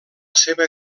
seva